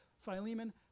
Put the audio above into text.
Philemon